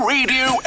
Radio